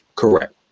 Correct